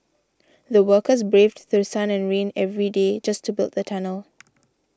the workers braved through sun and rain every day just to build the tunnel